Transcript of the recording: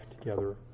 together